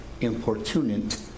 importunate